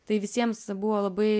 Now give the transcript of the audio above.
tai visiems buvo labai